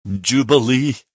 jubilee